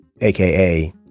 aka